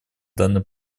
данный